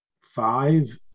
five